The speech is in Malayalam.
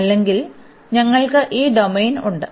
അല്ലെങ്കിൽ ഞങ്ങൾക്ക് ഈ ഡൊമെയ്ൻ ഉണ്ട്